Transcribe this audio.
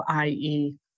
IE